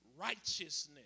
righteousness